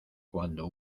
cuando